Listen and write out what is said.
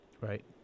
Right